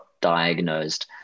diagnosed